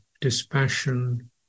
dispassion